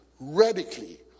radically